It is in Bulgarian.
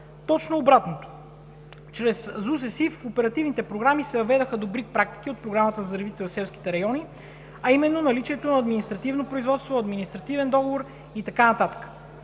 Точно обратното, чрез ЗУСЕСИФ в оперативните програми се въведоха добри практики от Програмата за развитие на селските райони, а именно наличието на административно производство, административен договор и така нататък.